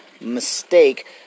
mistake